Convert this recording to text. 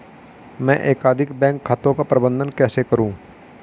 मैं एकाधिक बैंक खातों का प्रबंधन कैसे करूँ?